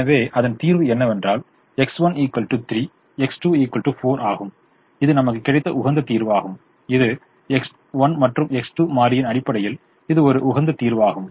எனவே அதன் தீர்வு என்னவென்றால் X1 3 X2 4 ஆகும் இது நமக்கு கிடைத்த உகந்த தீர்வாகும் இது X1 மற்றும் X2 மாறியின் அடிப்படையில் இது ஒரு உகந்த தீர்வாகும்